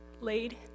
laid